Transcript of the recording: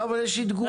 לא, אבל יש לי תגובה.